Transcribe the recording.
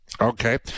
Okay